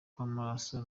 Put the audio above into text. kw’amaraso